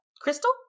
Crystal